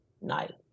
night